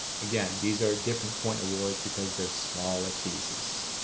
again these are different point awards because they're smaller pieces.